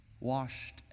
washed